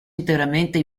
interamente